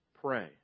pray